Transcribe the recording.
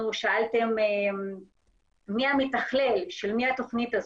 שאלתם מי המתכלל, של מי התוכנית הזאת,